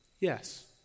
Yes